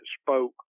spoke